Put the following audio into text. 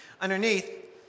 underneath